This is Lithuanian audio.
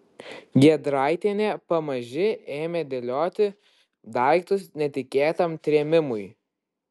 giedraitienė pamaži ėmė dėlioti daiktus netikėtam trėmimui